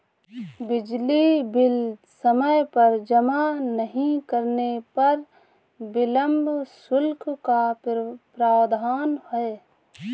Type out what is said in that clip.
बिजली बिल समय पर जमा नहीं करने पर विलम्ब शुल्क का प्रावधान है